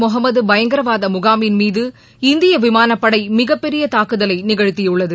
முகமத் பயங்கரவாத முகாமின் மீது இந்திய விமானப்படை மிகப்பெரிய தாக்குதலை நிகழ்த்தியுள்ளது